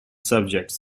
subjects